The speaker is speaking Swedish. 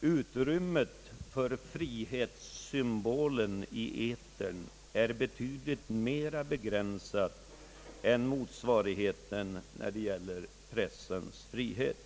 Utrymmet för frihetssymbolen i etern är betydligt mera begränsat än motsvarigheten när det gäller pressens frihet.